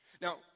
Now